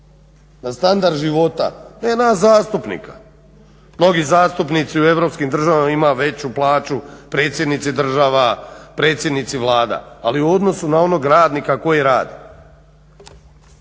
standard života ne nas zastupnika. Mnogi zastupnici u europskim državama imaju veću plaću, predsjednici država, predsjednici Vlada ali u odnosu na onog radnika koji radi.